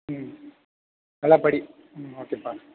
ம் நல்லா படி ம் ஓகேப்பா